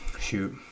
shoot